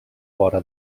vora